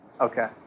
Okay